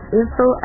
info